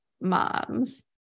moms